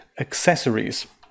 Accessories